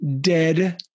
dead